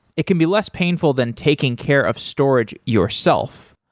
it can be less painful than taking care of storage yourself.